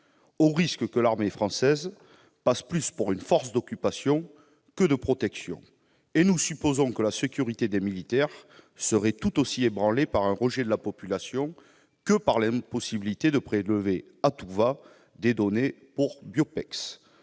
un risque que l'armée française passe pour une force d'occupation plus que de protection. Et nous supposons que la sécurité des militaires serait ébranlée tout autant par un rejet de la population que par l'impossibilité de prélever à tout-va des données pour BIOPEX.